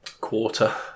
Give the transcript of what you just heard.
quarter